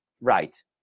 right